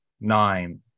nine